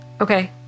Okay